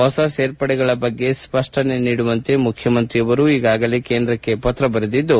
ಹೊಸ ಸೇರ್ಪಡೆಗಳ ಬಗ್ಗೆ ಸ್ಪಷ್ಟನೆ ನೀಡುವಂತೆ ಮುಖ್ಯಮಂತ್ರಿಯವರು ಈಗಾಗಲೇ ಕೇಂದ್ರಕ್ಕೆ ಪತ್ರ ಬರೆದಿದ್ದು